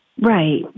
Right